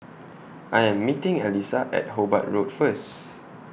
I Am meeting Elyssa At Hobart Road First